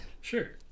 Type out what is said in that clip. sure